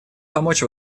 помочь